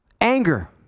Anger